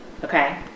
Okay